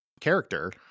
character